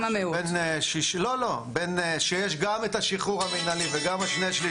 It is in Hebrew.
שיש גם את השחרור המנהלי וגם השני שליש,